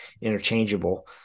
interchangeable